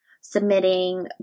submitting